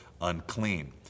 unclean